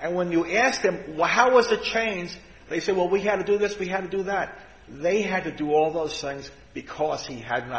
i when you ask them how was the change they said what we had to do this they had to do that they had to do all those things because he had